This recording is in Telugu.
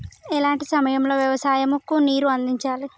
ఎలాంటి సమయం లో వ్యవసాయము కు నీరు అందించాలి?